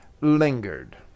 lingered